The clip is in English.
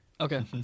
Okay